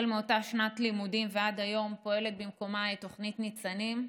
מאז אותה שנת לימודים ועד היום פועלת במקומה תוכנית ניצנים,